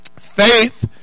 Faith